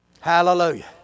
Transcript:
Hallelujah